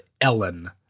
Ellen